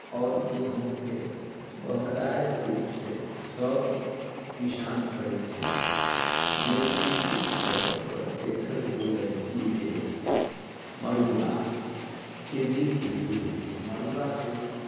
आओर गहुँमके बहुतायत रूपसँ सभ किसान करैत छथि लेकिन किछु जगहपर देखल गेल अइ कि जे मड़ुआके भी खेती होइत छै मड़ुआके